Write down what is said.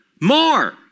more